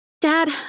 Dad